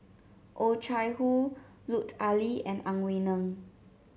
Oh Chai Hoo Lut Ali and Ang Wei Neng